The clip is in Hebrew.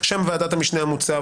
שם ועדת המשנה המוצע,